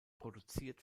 produziert